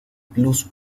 plus